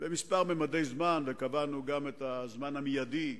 בכמה ממדי זמן, וקבענו גם את הזמן המיידי,